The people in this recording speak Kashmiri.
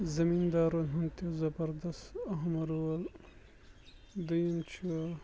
زٔمیٖندارَن ہُنٛد تہِ زَبردَس اَہم رول دوٚیِم چھُ